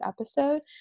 episode